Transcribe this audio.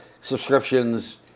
Subscriptions